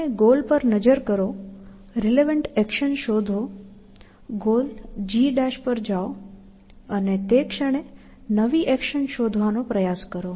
તમે ગોલ પર નજર કરો રિલેવન્ટ એક્શન શોધો ગોલ g' પર જાઓ અને તે ક્ષણે નવી એક્શન શોધવાનો પ્રયાસ કરો